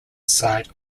side